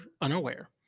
unaware